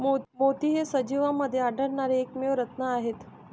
मोती हे सजीवांमध्ये आढळणारे एकमेव रत्न आहेत